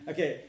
Okay